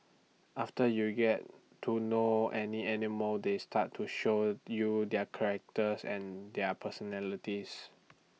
after you get to know any animal they start to showed you their characters and their personalities